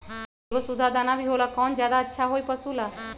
एगो सुधा दाना भी होला कौन ज्यादा अच्छा होई पशु ला?